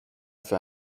für